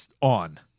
on